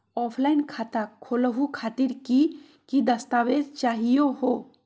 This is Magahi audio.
ऑफलाइन खाता खोलहु खातिर की की दस्तावेज चाहीयो हो?